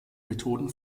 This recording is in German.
methoden